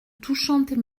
touchante